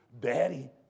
Daddy